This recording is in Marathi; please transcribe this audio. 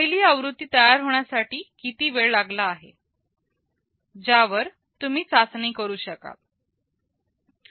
पहिली आवृत्ती तयार होण्यासाठी किती वेळ लागला आहे ज्याच्यावर तुम्ही चाचणी करू शकाल